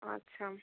আচ্ছা